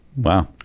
Wow